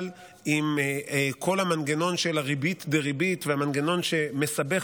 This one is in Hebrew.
אבל כל המנגנון של הריבית-דריבית והמנגנון שמסבך